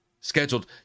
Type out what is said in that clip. scheduled